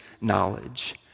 knowledge